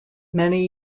many